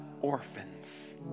orphans